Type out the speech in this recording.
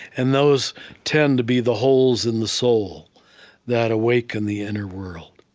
and those tend to be the holes in the soul that awaken the inner world